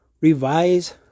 revise